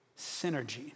synergy